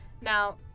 Now